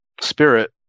Spirit